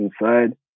inside